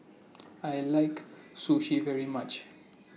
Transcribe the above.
I like Sushi very much